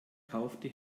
kaufte